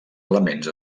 elements